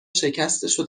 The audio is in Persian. شکستشو